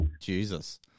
Jesus